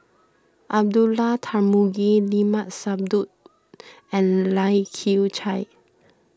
Abdullah Tarmugi Limat Sabtu and Lai Kew Chai